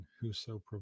whoso